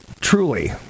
truly